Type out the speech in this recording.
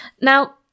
now